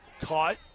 Caught